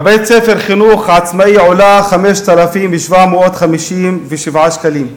בבית-ספר של החינוך העצמאי היא עולה 5,757 שקלים,